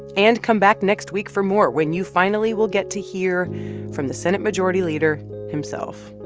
and come back next week for more when you finally will get to hear from the senate majority leader himself